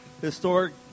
historic